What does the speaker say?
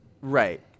Right